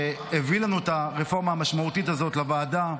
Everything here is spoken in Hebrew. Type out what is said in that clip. שהביא לנו את הרפורמה המשמעותית הזאת לוועדה.